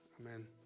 Amen